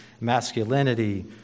masculinity